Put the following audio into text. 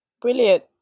Brilliant